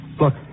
Look